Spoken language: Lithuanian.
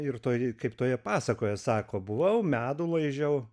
ir toj kaip toje pasakoje sako buvau medų laižiau